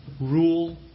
rule